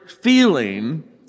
feeling